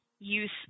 use